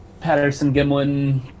Patterson-Gimlin